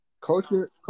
Culture